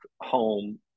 home